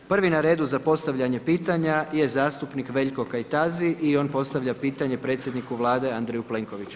Prvi na redu za postavljanje pitanja je zastupnik Veljko Kajtazi i on postavlja pitanje predsjedniku Vlade Andreju Plenkoviću.